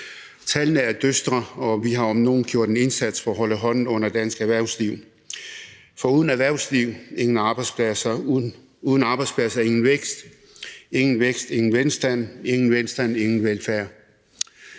Tallene er dystre, og vi har om nogen gjort en indsats for at holde hånden under dansk erhvervsliv. For uden erhvervslivet, ingen arbejdspladser; uden arbejdspladser, ingen vækst; ingen vækst, ingen velstand; ingen velstand, ingen velfærd.